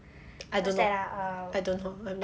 I don't know I don't know I'm not